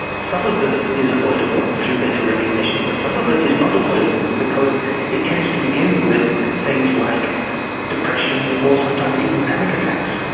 some of this is avoidable through better recognition, but some of it is not avoidable because it tends to begin with things like depression or sometimes even panic attacks,